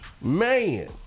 Man